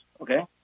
okay